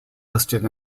listed